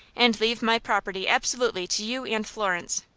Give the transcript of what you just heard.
and leave my property absolutely to you and florence.